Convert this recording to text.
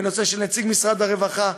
והנושא של נציג משרד הרווחה,